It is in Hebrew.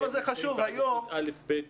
כי אם מפצלים